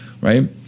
right